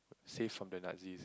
safe from the Nazis